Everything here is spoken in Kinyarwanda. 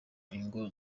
ingo